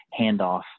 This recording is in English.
handoff